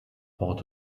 port